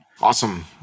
Awesome